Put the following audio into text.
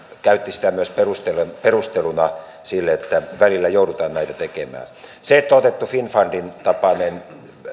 käytti sitä myös perusteluna sille että välillä joudutaan näitä tekemään se että on otettu finnfundin tapainen